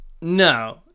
no